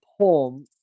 poem